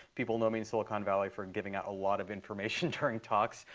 people know me in silicon valley for and giving out a lot of information during talks.